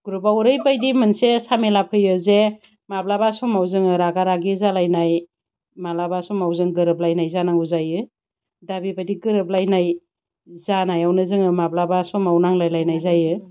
ग्रुपआव ओरैबायदि मोनसे झामेला फैयो जे माब्लाबा समाव जोङो रागा रागि जालायनाय मालाबा समाव जों गोरोबलायनाय जानांगौ जायो दा बेबायदि गोरोबलायनाय जानायावनो जोङो माब्लाबा समाव नांलायलायनाय जायो